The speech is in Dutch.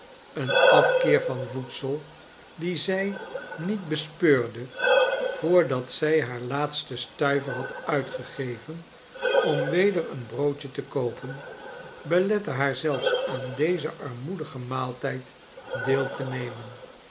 een afkeer van voedsel dien zij niet bespeurde voordat zij haar laatsten stuiver had uitgegeven om weder een broodje te koopen belette haar zelfs aan dezen armoedigen maaltijd deel te nemen